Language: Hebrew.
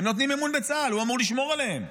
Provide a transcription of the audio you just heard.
הם נותנים אמון בצה"ל, הוא אמור לשמור עליהם.